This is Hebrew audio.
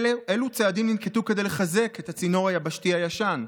אילו צעדים ננקטו כדי לחזק את הצינור היבשתי הישן?